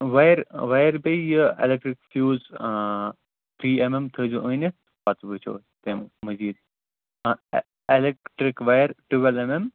wire wire بیٚیہِ یہِ یہِ electric fuse three M M تھٲیزیٚو أنِتھ پَتہٕ وُچھَو تمہِ مٔزیٖد electric wire twelve M M